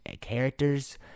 characters